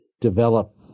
develop